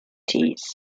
teas